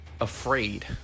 afraid